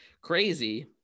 crazy